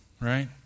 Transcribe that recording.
Right